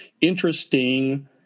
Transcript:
interesting